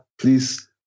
please